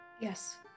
Yes